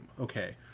Okay